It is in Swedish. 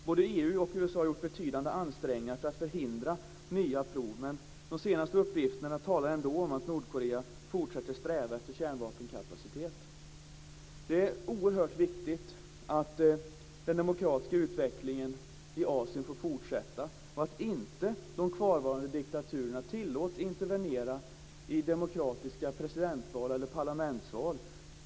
Både EU och USA har gjort betydande ansträngningar för att förhindra nya prov, men de senaste uppgifterna talar ändå om att Nordkorea fortsätter att sträva efter kärnvapenkapacitet. Det är oerhört viktigt att den demokratiska utvecklingen i Asien får fortsätta och att inte de kvarvarande diktaturerna tillåts att intervenera i demokratiska presidentval eller parlamentsval.